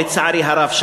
לצערי הרב,